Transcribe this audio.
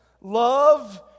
Love